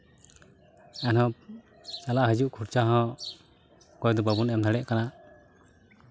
ᱟᱫᱚ ᱪᱟᱞᱟᱜ ᱦᱟᱹᱡᱩᱜ ᱠᱷᱚᱨᱪᱟ ᱦᱚᱸ ᱚᱠᱚᱭ ᱫᱚ ᱵᱟᱵᱚᱱ ᱮᱢ ᱫᱟᱲᱮᱭᱟᱜ ᱠᱟᱱᱟ